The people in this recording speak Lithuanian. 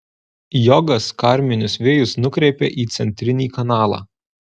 jogas karminius vėjus nukreipia į centrinį kanalą